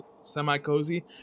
semi-cozy